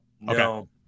No